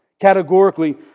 Categorically